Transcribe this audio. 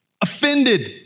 offended